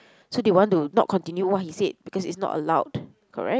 so they want to not continue what he said because it's not allowed correct